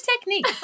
technique